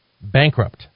bankrupt